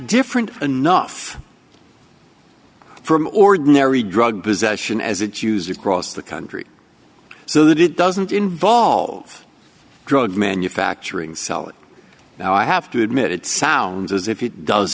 different enough from ordinary drug possession as it used to cross the country so that it doesn't involve drug manufacturing selling now i have to admit it sounds as if you does